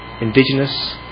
Indigenous